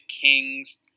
Kings